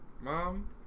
mom